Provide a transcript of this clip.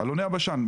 אלוני הבשן.